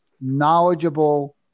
knowledgeable